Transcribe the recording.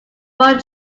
fort